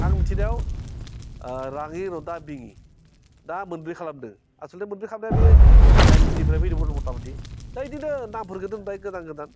आं मिथिनायाव राङि रदा दिहि दा मोनब्रै खालामदों आसल'थे मोनब्रै खालामनायनि फाइलनिफ्राय फैदों मथा मुथि दा बिदिनो नामफोरखौ दोनबाय गोदान गोदान